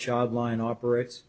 child line operates